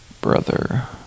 Brother